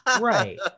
right